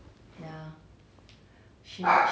it's okay ya you love elderly dogs